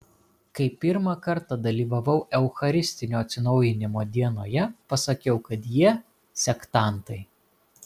kai pirmą kartą dalyvavau eucharistinio atsinaujinimo dienoje pasakiau kad jie sektantai